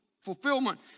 fulfillment